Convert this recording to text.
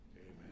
Amen